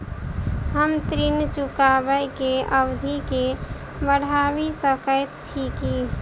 हम ऋण चुकाबै केँ अवधि केँ बढ़ाबी सकैत छी की?